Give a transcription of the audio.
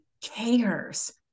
cares